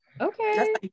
Okay